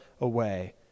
away